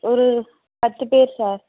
ஒரு பத்து பேர் சார்